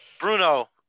Bruno